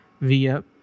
via